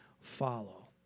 follow